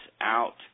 out